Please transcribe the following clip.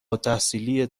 التحصیلی